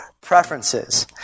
preferences